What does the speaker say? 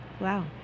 wow